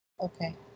Okay